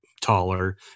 taller